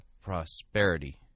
prosperity